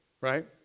right